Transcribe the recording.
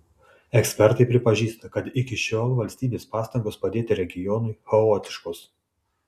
ekspertai pripažįsta kad iki šiol valstybės pastangos padėti regionui chaotiškos